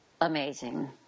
amazing